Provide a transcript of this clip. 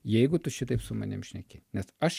jeigu tu šitaip su manim šneki nes aš